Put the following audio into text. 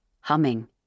Humming